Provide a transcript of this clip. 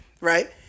right